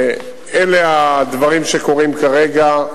אלה הדברים שקורים כרגע,